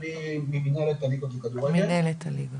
אני ממנהלת הליגות לכדורגל,